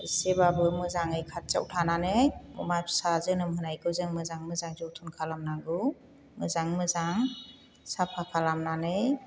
एसेबाबो मोजाङै खाथियाव थानानै अमा फिसा जोनोम होनायखौ जों मोजां मोजां जोथोन खालामनांगौ मोजां मोजां साफा खालामनानै